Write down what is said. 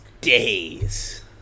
days